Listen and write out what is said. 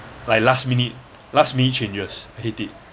like last minute last minute changes I hate it